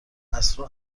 عصرا